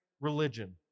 religion